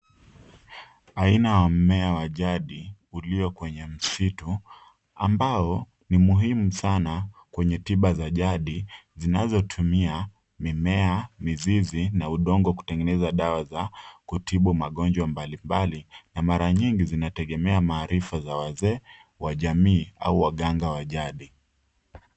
Aina wa mmea wa jadi ulio kwenye msitu ambao ni muhimu sana kwenye tiba za jadi zinazotumia mimea, mizizi na udongo kutengeneza dawa za kutibu magonjwa mbalimbali na mara nyingi zinategemea maarifa za wazee wa jamii au waganga wa jadi.